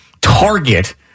target